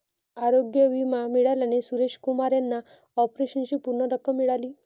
आरोग्य विमा मिळाल्याने सुरेश कुमार यांना ऑपरेशनची पूर्ण रक्कम मिळाली